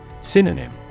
Synonym